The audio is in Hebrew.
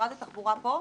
משרד התחבורה פה?